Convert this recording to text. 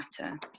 matter